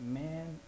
man